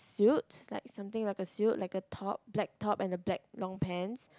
suit like something like a suit like a top black top and a black long pants